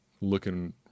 looking